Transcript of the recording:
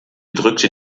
drückte